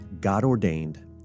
God-ordained